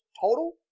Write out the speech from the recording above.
total